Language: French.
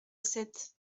sept